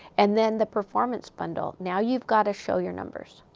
and then the performance bundle now you've got to show your numbers.